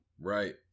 right